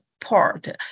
port